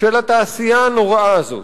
של התעשייה הנוראה הזאת.